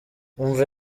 umva